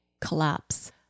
collapse